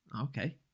Okay